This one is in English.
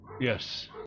Yes